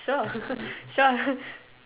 sure sure